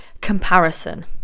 comparison